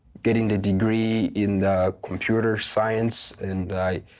getting a degree in computer science. and